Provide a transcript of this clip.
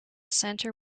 center